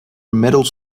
middle